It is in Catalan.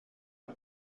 amb